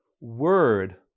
word